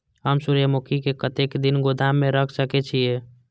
हम सूर्यमुखी के कतेक दिन गोदाम में रख सके छिए?